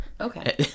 Okay